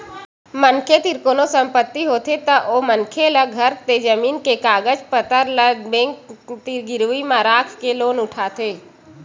मनखे तीर कोनो संपत्ति होथे तब ओ मनखे ल घर ते जमीन के कागज पतर ल बेंक तीर गिरवी म राखके लोन उठाथे